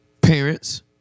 Parents